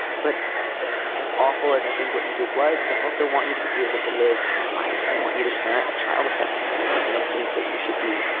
but as awful as i think what you did was, i also want you to be able to live a life. i want you to parent a child, if that's what you want. i don't think that you should be,